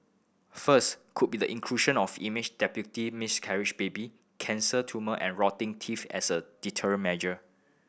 first could be the inclusion of image depicting miscarriage baby cancer tumour and rotting teeth as a deterrent measure